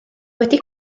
wedi